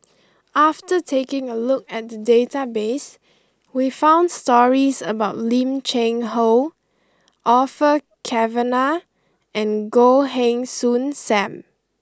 after taking a look at the database we found stories about Lim Cheng Hoe Orfeur Cavenagh and Goh Heng Soon Sam